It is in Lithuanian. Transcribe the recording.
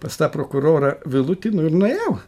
pas tą prokurorą vilutį nu ir nuėjau